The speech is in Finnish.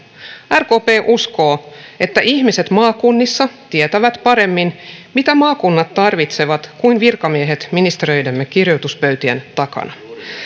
rkp uskoo että ihmiset maakunnissa tietävät paremmin mitä maakunnat tarvitsevat kuin virkamiehet ministeriöidemme kirjoituspöytien takana